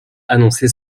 annoncé